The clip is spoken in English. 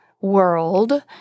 world